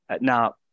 Now